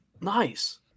Nice